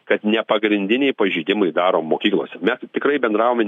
kad ne pagrindiniai pažeidimai daro mokyklose mes tikrai bendraujame